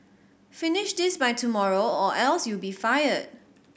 finish this by tomorrow or else you'll be fired